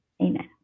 amen